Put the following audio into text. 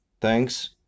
thanks